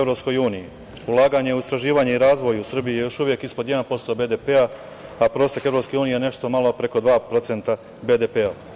Ulaganje u istraživanje i razvoj u Srbiji je još uvek ispod 1% BDP, a prosek EU je nešto malo preko 2% BDP.